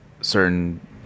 certain